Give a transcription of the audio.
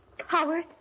Howard